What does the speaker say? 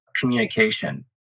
communication